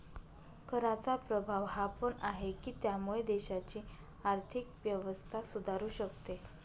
कराचा प्रभाव हा पण आहे, की त्यामुळे देशाची आर्थिक व्यवस्था सुधारू शकते